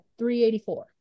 384